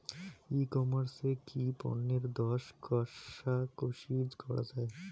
E commerce এ কি পণ্যের দর কশাকশি করা য়ায়?